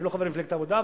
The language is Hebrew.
אני לא חבר מפלגת העבודה,